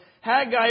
Haggai